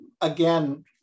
again